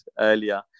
earlier